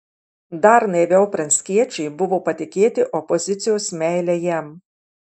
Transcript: dar naiviau pranckiečiui buvo patikėti opozicijos meile jam